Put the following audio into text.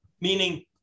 Meaning